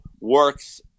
works